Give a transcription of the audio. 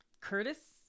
Curtis